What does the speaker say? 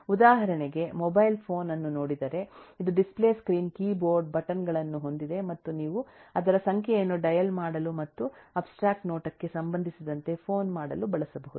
ಉದಾಹರಣೆಗೆ mobile phone ಅನ್ನು ನೋಡಿದರೆ ಇದು ಡಿಸ್ಪ್ಲೇ ಸ್ಕ್ರೀನ್ ಕೀಬೋರ್ಡ್ ಬಟನ್ ಗಳನ್ನು ಹೊಂದಿದೆ ಮತ್ತು ನೀವು ಅದರ ಸಂಖ್ಯೆಯನ್ನು ಡಯಲ್ ಮಾಡಲು ಮತ್ತು ಅಬ್ಸ್ಟ್ರ್ಯಾಕ್ಟ್ ನೋಟಕ್ಕೆ ಸಂಬಂಧಿಸಿದಂತೆ ಫೋನ್ ಮಾಡಲು ಬಳಸಬಹುದು